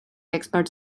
expert